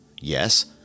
Yes